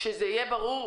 הרשימה צריכה להיות ברורה,